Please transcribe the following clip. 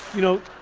you know